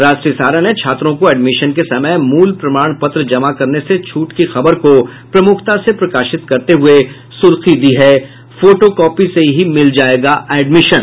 राष्ट्रीय सहारा ने छात्रों को एडमिशन के समय मूल प्रमाण पत्र जमा करने से छूट की खबर को प्रमुखता से प्रकाशित करते हुये सुर्खी दी है फोटोकॉपी से ही मिल जायेगा एडमिशन